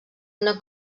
una